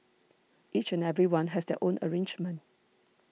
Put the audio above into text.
each and everyone has their own arrangement